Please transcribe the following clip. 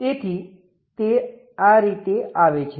તેથી તે આ રીતે આવે છે